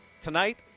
tonight